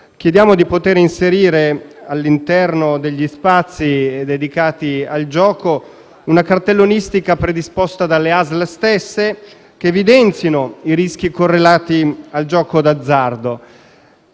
chiediamo di poter inserire, all'interno degli spazi dedicati al gioco, una cartellonistica predisposta dalle ASL stesse, che evidenzi i rischi correlati al gioco d'azzardo.